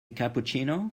cappuccino